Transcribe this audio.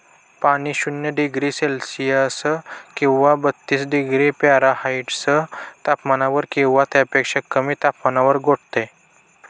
पाणी शून्य degree Celsius किंवा बत्तीस डिग्री फॅरेनहाईट तापमानावर किंवा त्यापेक्षा कमी तापमानावर गोठते